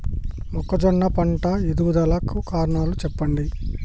మొక్కజొన్న పంట ఎదుగుదల కు కారణాలు చెప్పండి?